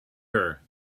her